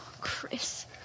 Chris